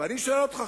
ואני שואל אותך,